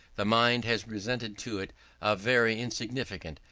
the mind has presented to it a very insignificant,